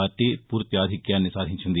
party పూర్తి అధిక్యాన్ని సాధించింది